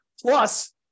Plus